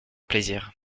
plaisirs